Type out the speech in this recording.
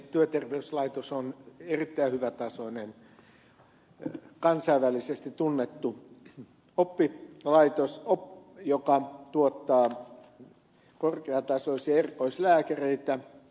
työterveyslaitos on erittäin hyvätasoinen kansainvälisesti tunnettu oppilaitos joka tuottaa korkeatasoisia erikoislääkäreitä